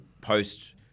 post